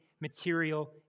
material